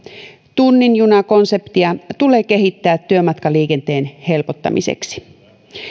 tunnin juna konseptia tulee kehittää työmatkaliikenteen helpottamiseksi